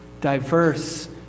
diverse